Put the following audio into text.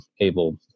able